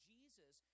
Jesus